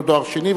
לא תואר שני,